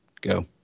go